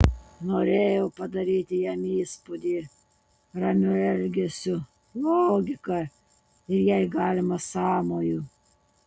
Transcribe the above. norėjau padaryti jam įspūdį ramiu elgesiu logika ir jei galima sąmoju